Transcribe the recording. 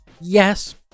Yes